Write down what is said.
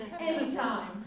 anytime